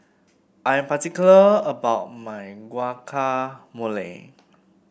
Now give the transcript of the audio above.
I'm particular about my Guacamole